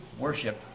worship